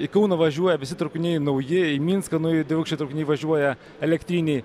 į kauną važiuoja visi traukiniai nauji į minską nauji dviaukščiai traukiniai važiuoja elektriniai